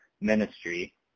ministry